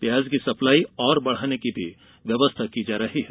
प्याज की सप्लाई और बढ़ाने की व्यवस्था भी की जा रही है